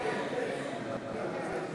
אינה נוכחת.